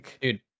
Dude